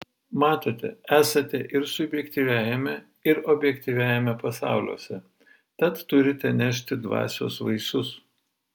matote esate ir subjektyviajame ir objektyviajame pasauliuose tad turite nešti dvasios vaisius